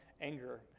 anger